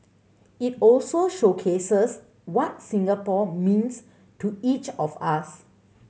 it also showcases what Singapore means to each of us